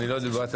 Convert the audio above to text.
אני לא דיברתי.